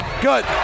good